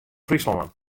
fryslân